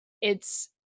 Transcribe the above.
it's-